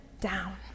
down